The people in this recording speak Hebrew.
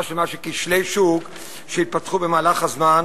שלמה של כשלי שוק שהתפתחו במהלך הזמן.